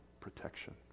Protection